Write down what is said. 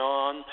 on